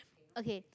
okay